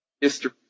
history